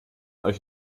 euch